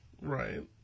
Right